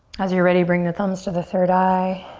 as you're ready, bring the thumbs to the third eye,